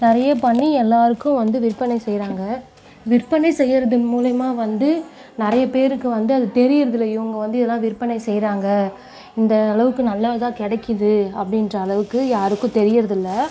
நிறைய பண்ணி எல்லோருக்கும் வந்து விற்பனை செய்கிறாங்க விற்பனை செய்கிறதன் மூலிமா வந்து நிறைய பேருக்கு வந்து அது தெரிகிறது இல்லை இவங்க வந்து இதுலாம் விற்பனை செய்கிறாங்க இந்தளவுக்கு நல்ல இதாக கிடைக்கிது அப்படின்ற அளவுக்கு யாருக்கும் தெரியறதில்லை